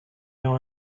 nią